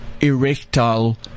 erectile